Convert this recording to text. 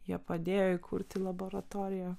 jie padėjo įkurti laboratoriją